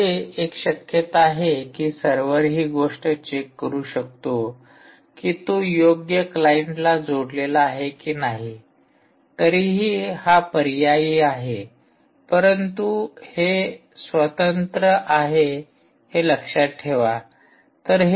येथे एक शक्यता आहे की सर्वर ही गोष्ट चेक करू शकतो की तो योग्य क्लाइंटला जोडलेला आहे की नाही तरीही हा पर्यायी आहे परंतु हे स्वतंत्र आहे हे लक्षात ठेवा